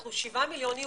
אנחנו שבעה מיליון יהודים,